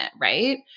Right